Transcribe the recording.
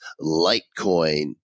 Litecoin